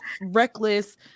reckless